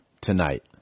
tonight